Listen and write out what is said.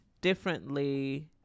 differently